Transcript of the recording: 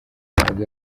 ntabwo